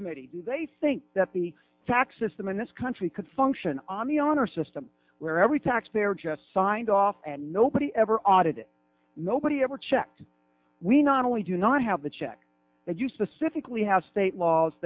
committee they think that the tax system in this country could function on the honor system where every taxpayer just saw signed off and nobody ever audited nobody ever checked we not only do not have the check that you specifically have state laws